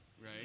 right